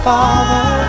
Father